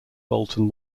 bolton